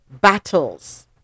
battles